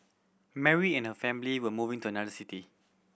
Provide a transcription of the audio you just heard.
Mary and her family were moving to another city